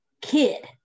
kid